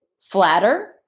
flatter